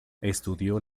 estudió